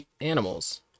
animals